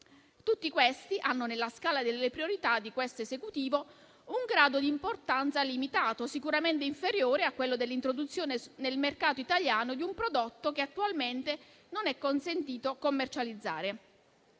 detti problemi hanno, nella scala delle priorità di questo Esecutivo, un grado di importanza limitato, sicuramente inferiore a quello dell'introduzione nel mercato italiano di un prodotto che attualmente non è consentito commercializzare.